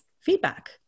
feedback